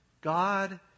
God